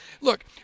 Look